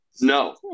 No